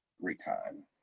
Recon